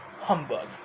humbug